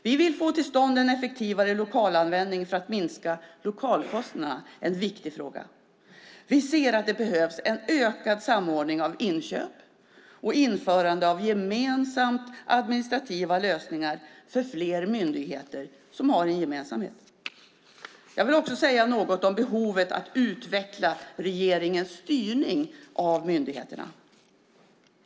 Vi vill få till stånd en effektivare lokalanvändning för att minska lokalkostnaderna. Det är en viktig fråga. Vi ser att det behövs en ökad samordning av inköp och införande av gemensamma administrativa lösningar för fler myndigheter. Jag vill också säga något om behovet av att utveckla regeringens styrning av myndigheterna.